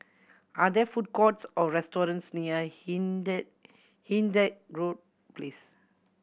are there food courts or restaurants near Hindhede Hindhede Road Place